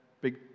big